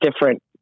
different